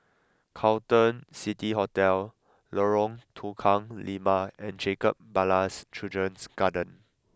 Carlton City Hotel Lorong Tukang Lima and Jacob Ballas Children's Garden